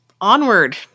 onward